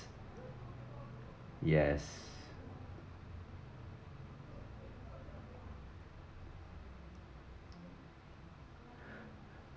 yes